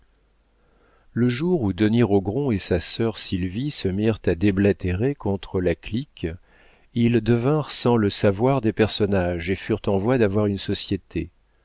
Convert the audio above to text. le jour où denis rogron et sa sœur sylvie se mirent à déblatérer contre la clique ils devinrent sans le savoir des personnages et furent en voie d'avoir une société